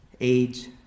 age